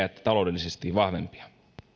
että taloudellisesti vahvempia